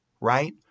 right